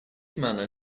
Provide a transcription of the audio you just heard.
manner